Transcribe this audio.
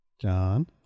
John